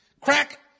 Crack